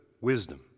Wisdom